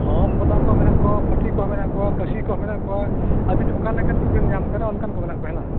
ᱦᱮᱸ ᱵᱚᱫᱟ ᱠᱚ ᱢᱮᱱᱟᱜ ᱠᱚᱣᱟ ᱯᱟᱹᱴᱷᱤᱠ ᱠᱚ ᱢᱮᱱᱟᱜ ᱠᱚᱣᱟ ᱠᱟᱹᱥᱤ ᱠᱚ ᱢᱮᱱᱟᱜ ᱠᱚᱣᱟ ᱟᱹᱵᱤᱱ ᱚᱠᱟ ᱞᱮᱠᱟᱱ ᱠᱚᱵᱤᱱ ᱧᱟᱢ ᱠᱟᱱᱟ ᱚᱱᱠᱟᱱ ᱠᱚ ᱢᱮᱱᱟᱜ ᱠᱚᱣᱟ ᱦᱮᱸᱞᱟ